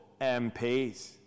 MPs